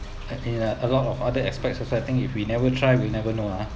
uh a lot of other aspects also I think if we never try we never know ah